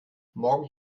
morgen